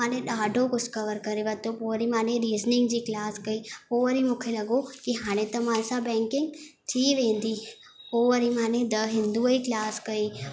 माने ॾाढो कुझु कवर करे वरितो पोइ वरी माने रिसनिंग जी क्लास कई पोइ वरी मूंखे लॻो की हाणे त मां सां बैंकिंग थी वेंदी पोइ वरी माने द हिंदू जी क्लास कई